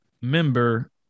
member